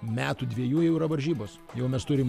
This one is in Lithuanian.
metų dvejų jau yra varžybos jau mes turim